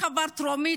שהחוק עבר טרומית,